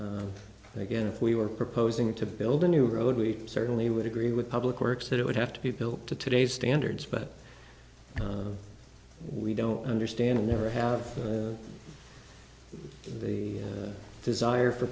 road again if we were proposing to build a new road we certainly would agree with public works that it would have to be built to today's standards but we don't understand and never have the desire for